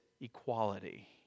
equality